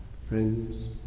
Friends